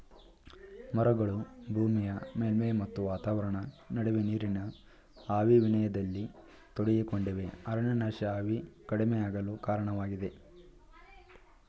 ಮರಗಳು ಭೂಮಿಯ ಮೇಲ್ಮೈ ಮತ್ತು ವಾತಾವರಣ ನಡುವೆ ನೀರಿನ ಆವಿ ವಿನಿಮಯದಲ್ಲಿ ತೊಡಗಿಕೊಂಡಿವೆ ಅರಣ್ಯನಾಶ ಆವಿ ಕಡಿಮೆಯಾಗಲು ಕಾರಣವಾಗಿದೆ